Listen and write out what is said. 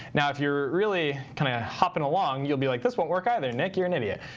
now, if you're really kind of hopping along, you'll be like, this won't work either, nick. you're an idiot.